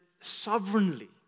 sovereignly